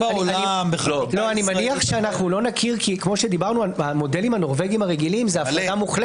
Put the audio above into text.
אני מניח שלא נכיר כי כמו שדיברנו על המודלים הנורבגים הרגילים זה נפרד.